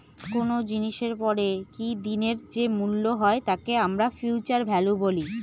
কোনো জিনিসের পরে কি দিনের যে মূল্য হয় তাকে আমরা ফিউচার ভ্যালু বলি